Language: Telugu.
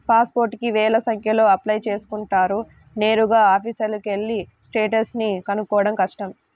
పాస్ పోర్టుకి వేల సంఖ్యలో అప్లై చేసుకుంటారు నేరుగా ఆఫీసుకెళ్ళి స్టేటస్ ని కనుక్కోడం కష్టం